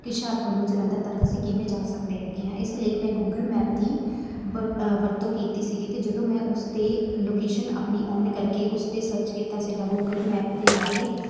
ਕਿ ਹੁਸ਼ਿਆਰਪੁਰ ਨੂੰ ਜਲੰਧਰ ਤੱਕ ਅਸੀਂ ਕਿਵੇਂ ਜਾ ਸਕਦੇ ਹੈਗੇ ਹਾਂ ਇਸ ਲਈ ਮੈਂ ਗੂਗਲ ਮੈਪ ਦੀ ਵਰ ਵਰਤੋਂ ਕੀਤੀ ਸੀਗੀ ਅਤੇ ਜਦੋਂ ਮੈਂ ਉਸ 'ਤੇ ਲੋਕੇਸ਼ਨ ਆਪਣੀ ਔਨ ਕਰਕੇ ਉਸ 'ਤੇ ਸਰਚ ਕੀਤਾ ਸੀਗਾ ਗੂਗਲ ਮੈਪ ਦੇ ਬਾਰੇ